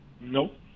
nope